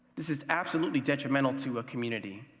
this is absolutely detrimental to a community,